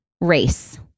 race